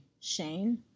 Shane